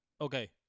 okay